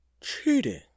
cheating